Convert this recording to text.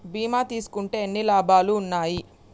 బీమా తీసుకుంటే ఎన్ని లాభాలు ఉన్నాయి?